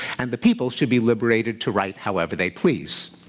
and the people should be liberated to write however they please.